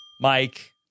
Mike